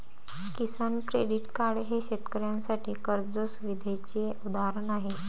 किसान credit card हे शेतकऱ्यांसाठी कर्ज सुविधेचे उदाहरण आहे